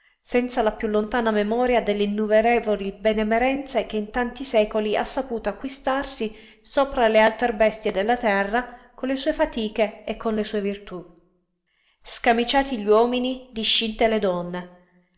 senza la piú lontana memoria delle innumerevoli benemerenze che in tanti secoli ha saputo acquistarsi sopra le altre bestie della terra con le sue fatiche e con le sue virtú scamiciati gli uomini discinte le donne